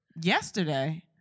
Yesterday